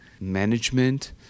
management